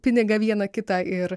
pinigą vieną kitą ir